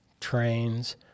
trains